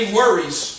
worries